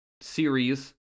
series